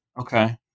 Okay